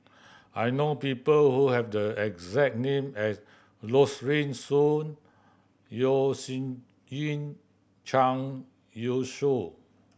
I know people who have the exact name as Rosaline Soon Yeo Shih Yun Zhang Youshuo